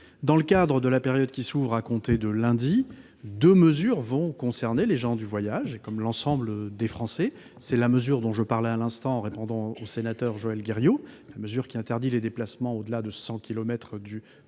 Dans le cadre de la période qui s'ouvrira à compter de lundi, deux mesures vont concerner les gens du voyage, comme l'ensemble des Français : celle que j'ai évoquée à l'instant en répondant au sénateur Joël Guerriau, et qui interdit les déplacements au-delà de 100 kilomètres